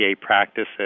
practices